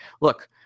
look